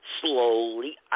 slowly